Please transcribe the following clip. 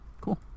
Cool